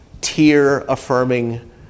tear-affirming